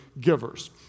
givers